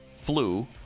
flu